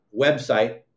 website